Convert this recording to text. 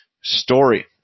Story